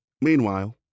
Meanwhile